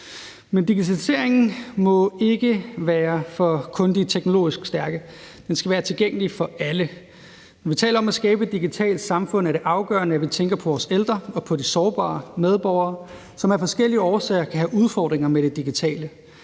Men digitaliseringen må ikke kun være for de teknologisk stærke; den skal være tilgængelig for alle. Når vi taler om at skabe et digitalt samfund, er det afgørende, at vi tænker på vores ældre og på de sårbare medborgere, som af forskellige årsager kan have udfordringer med det digitale.